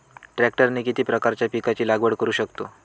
ट्रॅक्टरने किती प्रकारच्या पिकाची लागवड करु शकतो?